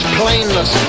plainness